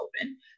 open